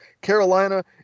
Carolina